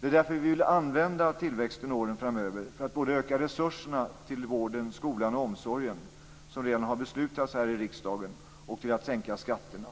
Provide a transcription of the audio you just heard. Därför vill vi använda tillväxten åren framöver till att öka resurserna till vården, skolan och omsorgen, som redan har beslutats här i riksdagen, och till att sänka skatterna.